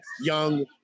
young